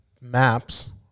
maps